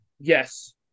Yes